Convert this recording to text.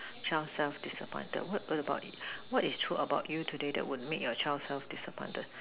child self disappointed what make about it what is the true about you today that would made your child self disappointed